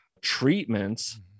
treatments